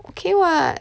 okay [what]